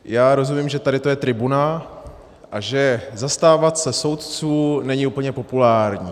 Já rozumím, že tady to je tribuna a že zastávat se soudců není úplně populární.